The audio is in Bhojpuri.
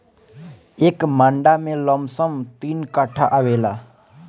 एक मंडा में लमसम तीन कट्ठा आवेला